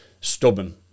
stubborn